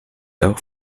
auch